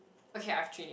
okay I have changed